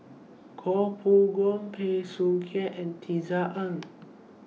Koh Poh Koon Bey Soo Khiang and Tisa Ng